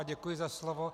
Děkuji za slovo.